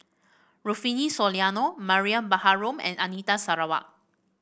Rufino Soliano Mariam Baharom and Anita Sarawak